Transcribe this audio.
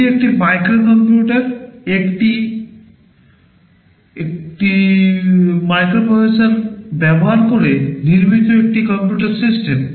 এটি একটি micro computer এটি একটি মাইক্রোপ্রসেসর ব্যবহার করে নির্মিত একটি কম্পিউটার সিস্টেম